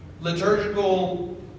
liturgical